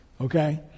okay